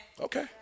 Okay